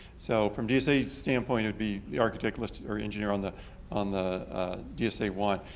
so from dsa's standpoint, it would be the architect listed or engineer on the on the dsa one.